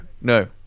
No